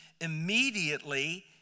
immediately